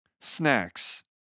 Snacks